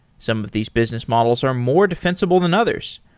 some of these business models are more defensible than others.